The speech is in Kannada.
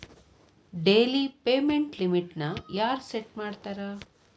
ಡೆಲಿ ಪೇಮೆಂಟ್ ಲಿಮಿಟ್ನ ಯಾರ್ ಸೆಟ್ ಮಾಡ್ತಾರಾ